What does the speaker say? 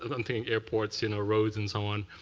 um thinking airports, you know roads, and so on.